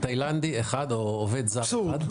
תאילנדי אחד או עובד זר אחד.